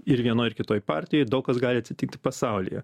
ir vienoj kitoj partijoj daug kas gali atsitikti pasaulyje